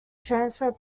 transfer